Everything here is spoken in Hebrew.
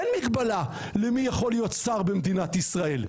אין מגבלה מי יכול להיות שר במדינת ישראל.